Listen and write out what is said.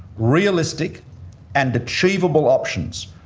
realistic and achievable options,